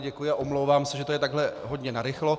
Děkuji a omlouvám se, že to je takhle hodně narychlo.